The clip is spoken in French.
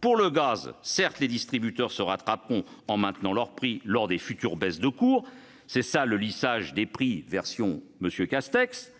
Pour le gaz, les distributeurs se rattraperont en maintenant leurs prix lors des futures baisses de cours- c'est le « lissage » des prix, version Jean Castex.